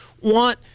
want